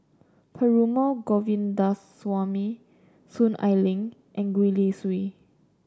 Perumal Govindaswamy Soon Ai Ling and Gwee Li Sui